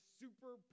super